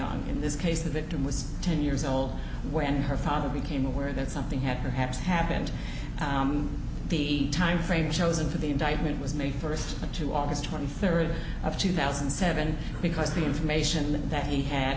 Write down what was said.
young in this case the victim was ten years old when her father became aware that something had perhaps happened the time frame chose and for the indictment was may first two august twenty third of two thousand and seven because the information that he had